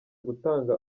gutanga